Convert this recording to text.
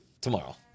tomorrow